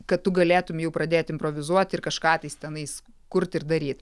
kad tu galėtum jau pradėt improvizuot ir kažką tais tenais kurt ir daryt